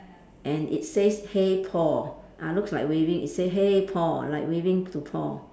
and it says hey Paul ah looks like waving it say hey Paul like waving to Paul